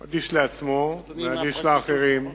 הוא אדיש לעצמו, ואדיש לאחרים,